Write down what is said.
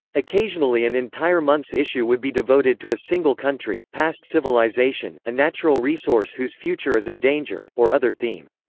occasionally an entire month's issue would be devoted to a single country, past civilization, a natural resource whose future is endangered, or other theme.